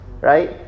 right